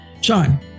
Sean